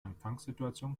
empfangssituation